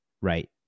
right